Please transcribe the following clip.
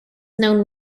known